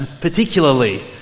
Particularly